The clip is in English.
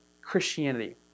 Christianity